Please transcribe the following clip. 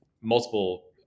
multiple